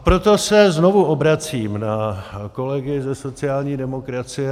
Proto se znovu obracím na kolegy ze sociální demokracie.